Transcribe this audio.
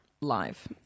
live